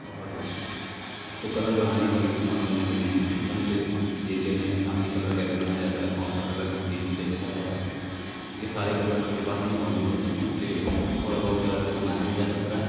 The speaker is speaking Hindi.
और अब तो कलर बनाने का भी इस्तेमाल करने लगे हैं कि फ़ोन पर देख लेते हैं इंसान कि कलर कैसे बनाया जाता है कौन सा कलर किस चीज़ के लिए अच्छा रहेगा क्योंकि सारे कलर सब के पास नहीं मौजूद होते हैं इसलिए थोड़ा बहुत कलर को बनाया भी जा सकता है